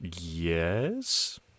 Yes